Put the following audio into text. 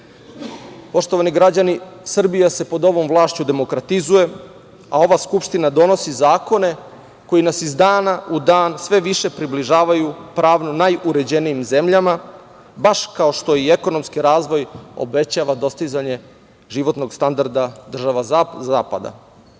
vlasti. Poštovani građani, Srbija se pod ovom vlašću demokratizuje, a ova Skupština donosi zakone koji nas iz dana u dan sve više približavaju pravno najuređenijim zemljama, baš kao što je i ekonomski razvoj, obećava dostizanje životnog standarda država zapada.